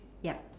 ya